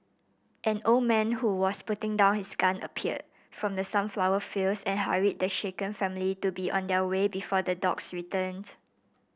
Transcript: an old man who was putting down his gun appeared from the sunflower fields and hurried the shaken family to be on their way before the dogs return